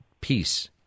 peace